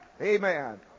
Amen